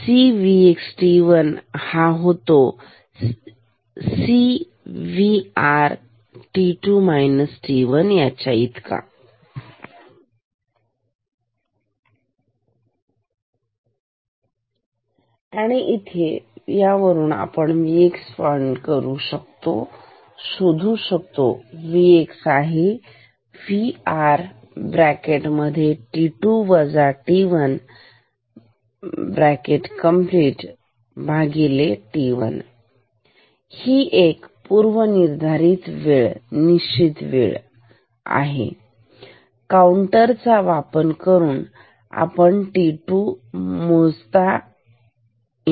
Vy t2 0 cVx t1 - cVr cVx t1 cVr Vx Vr t1 ही एक पूर्वनिर्धारित वेळ निश्चित वेळ आहे काउंटर चा वापर करून t2चा मोजला जाऊ शकतो